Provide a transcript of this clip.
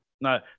no